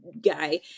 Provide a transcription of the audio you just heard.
guy